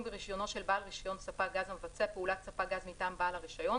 ברישיונו של בעל רישיון ספק גז המבצע פעולת ספק גז מטעם בעל הרישיון,